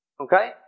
Okay